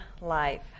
life